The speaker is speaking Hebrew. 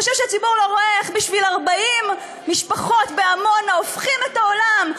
הוא חושב שהציבור לא רואה איך בשביל 40 משפחות בעמונה הופכים את העולם?